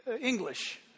English